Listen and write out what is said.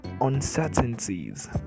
uncertainties